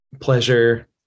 pleasure